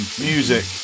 Music